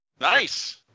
Nice